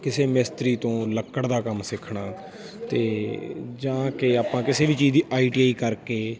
ਕਿਸੇ ਮਿਸਤਰੀ ਤੋਂ ਲੱਕੜ ਦਾ ਕੰਮ ਸਿੱਖਣਾ ਅਤੇ ਜਾਂ ਕਿ ਆਪਾਂ ਕਿਸੇ ਵੀ ਚੀਜ਼ ਦੀ ਆਈ ਟੀ ਆਈ ਕਰਕੇ